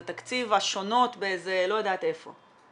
זה תקציב השונות באיזה לא יודעת איפה.